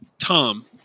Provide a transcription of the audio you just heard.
Tom